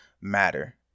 Matter